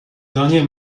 dernier